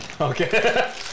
Okay